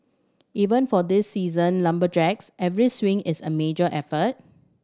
even for these seasoned lumberjacks every swing is a major effort